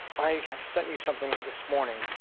i have sent you something this morning,